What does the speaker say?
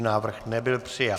Návrh nebyl přijat.